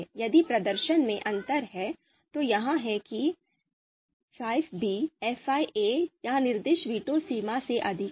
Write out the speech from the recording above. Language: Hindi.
यदि प्रदर्शन में अंतर है तो यह है कि fi fiयह निर्दिष्ट वीटो सीमा से अधिक है